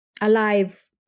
alive